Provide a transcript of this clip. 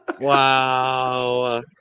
Wow